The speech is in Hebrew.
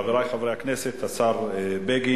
חברי חברי הכנסת, השר בגין,